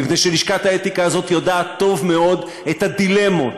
מפני שלשכת האתיקה הזאת יודעת טוב מאוד את הדילמות,